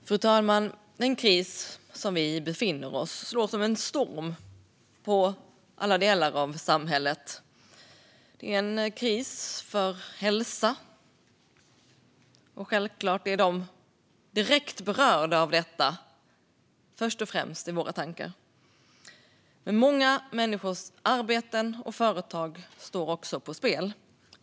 Fru talman! Den kris som vi befinner oss i slår som en storm mot alla delar av samhället. Det är en kris för hälsan, och självklart är de som är direkt berörda av detta först och främst i våra tankar. Många människors arbeten och företag står också på spel.